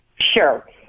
Sure